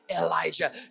Elijah